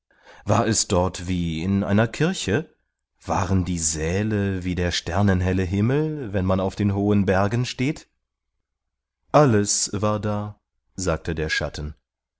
war es dort wie in einer kirche waren die säle wie der sternenhelle himmel wenn man auf den hohen bergen steht alles war da sagte der schatten